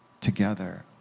together